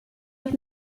ich